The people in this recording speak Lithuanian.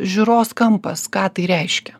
žiūros kampas ką tai reiškia